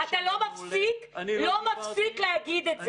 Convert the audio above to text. את ישנה --- אתה לא מפסיק להגיד את זה.